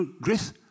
Grace